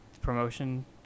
promotion